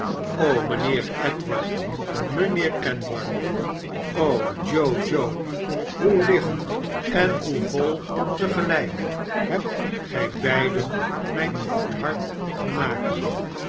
mijnheer edward mijnheer edward o joe joe hoe licht en hoe vol te gelijk hebt gij beiden mijn oud hart gemaakt